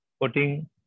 putting